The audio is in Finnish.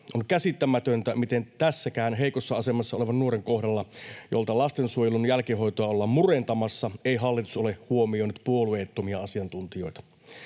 On käsittämätöntä, miten tässäkään — heikossa asemassa olevan nuoren kohdalla, jolta lastensuojelun jälkihuoltoa ollaan murentamassa — ei hallitus ole huomioinut puolueettomia asiantuntijoita.